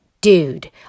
dude